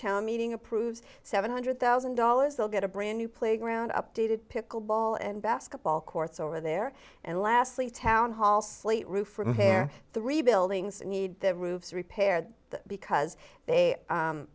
town meeting approves seven hundred thousand dollars they'll get a brand new playground updated pickle ball and basketball courts over there and lastly town hall slate roof from fair three buildings need their roofs repaired because they